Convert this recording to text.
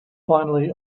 finally